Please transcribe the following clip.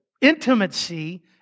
intimacy